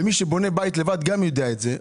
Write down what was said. ומי שבונה בית לבד גם יודע את זה,